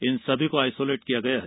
इन सभी को आइसोलेट किया गया है